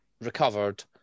recovered